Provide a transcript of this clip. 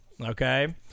okay